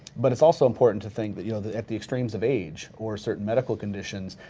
but it's also important to think that you know that at the extremes of age, or certain medical conditions,